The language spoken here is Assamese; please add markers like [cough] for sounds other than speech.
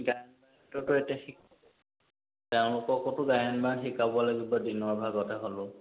গায়নটোতো এতিয়া [unintelligible] তেওঁলোককতো গায়ন বায়ন শিকাব লাগিব দিনৰ ভাগতে হ'লেও